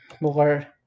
more